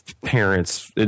parents